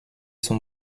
son